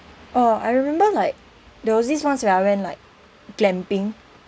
oh I remember like there was this once where I went like glamping